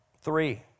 Three